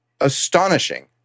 astonishing